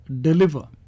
deliver